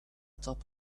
top